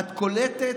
את קולטת